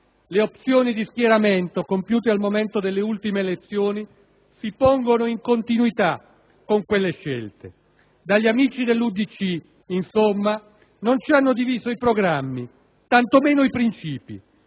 Le opzioni di schieramento compiute al momento delle ultime elezioni si pongono in continuità con quelle scelte. Dagli amici dell'UDC, insomma, non ci hanno diviso i programmi e tanto meno i princìpi.